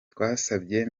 twasabye